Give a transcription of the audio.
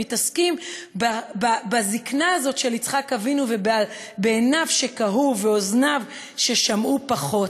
מתעסקים בזיקנה הזאת של יצחק אבינו ובעיניו שכהו ובאוזניו ששמעו פחות.